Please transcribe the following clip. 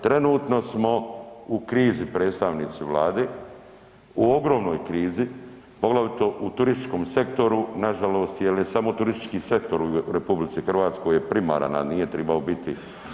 Trenutno smo u krizi predstavnici Vlade u ogromnoj krizi, poglavito u turističkom sektoru, nažalost jel je samo turističke sektor u RH primaran, a nije trebao biti.